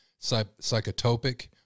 psychotopic